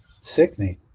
Sickening